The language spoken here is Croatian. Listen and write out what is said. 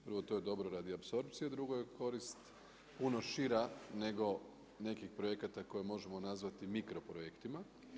Prvo to je dobro radi apsorpcije a drugo je korist puno šira nego nekih projekata koje možemo nazvati mikro projektima.